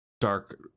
dark